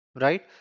Right